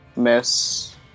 Miss